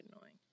annoying